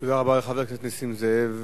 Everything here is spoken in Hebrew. תודה רבה לחבר הכנסת נסים זאב.